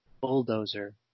bulldozer